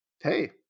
hey